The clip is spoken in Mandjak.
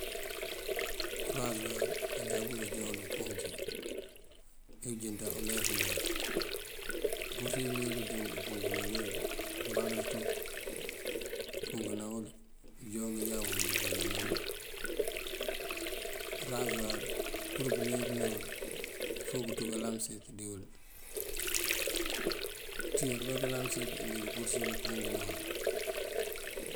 Urazuwar, manjakú kajá wul umpunki, ajá unjënţan ulej ñaan. Mëpurësir uweel dëmb këmpunkëna uwul, imbakaţ tú këmpunkëna wël, bënjúwak jáb këmpunkëna wël. Urazuwar pur pëleempëna wël fok kënţú kalaŋëset dí wël, unţíjaţëbá kalaŋëset mëndi pursir pëmpunkëna wël.